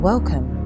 Welcome